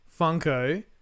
Funko